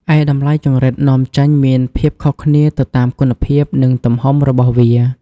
ឯតម្លៃចង្រិតនាំចេញមានភាពខុសគ្នាទៅតាមគុណភាព និងទំហំរបស់វា។